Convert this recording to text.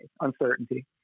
uncertainty